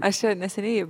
aš čia neseniai